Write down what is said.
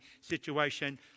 situation